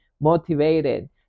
motivated